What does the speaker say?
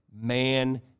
man